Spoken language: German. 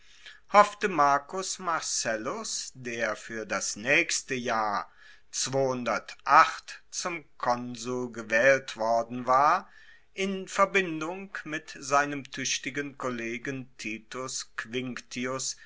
hoffte marcus marcellus der fuer das naechste jahr zum konsul gewaehlt worden war in verbindung mit seinem tuechtigen kollegen titus quinctius